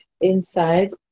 inside